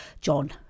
John